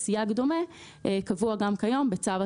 אנחנו דיברנו ויושבת הראש נתנה דוגמה של שימוש בטלפון.